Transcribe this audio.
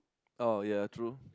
oh ya true